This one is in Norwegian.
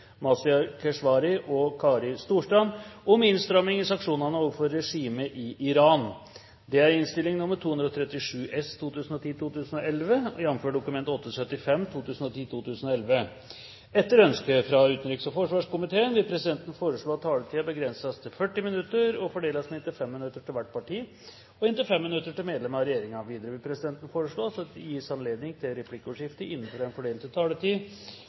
vil presidenten foreslå at taletiden begrenses til 40 minutter og fordeles med inntil 5 minutter til hvert parti og inntil 5 minutter til medlem av regjeringen. Videre vil presidenten foreslå at det gis anledning til replikkordskifte på inntil tre replikker med svar etter innlegg fra medlem av regjeringen innenfor den fordelte taletid.